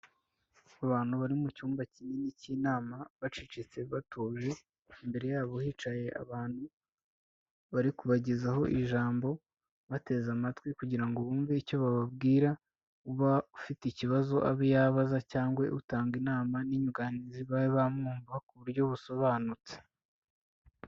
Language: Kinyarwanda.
Abantu bari mu cyumba kinini cy'inama, bacecetse batuje, imbere yabo hicaye abantu, bari kubagezaho ijambo, bateze amatwi kugira ngo bumve icyo bababwira, uba ufite ikibazo abe yabaza cyangwa utanga inama n'inyunganizi babe bamwumva ku buryo busobanutse.